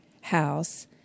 house